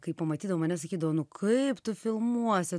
kai pamatydavo mane sakydavo nu kaip tu filmuosi